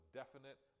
definite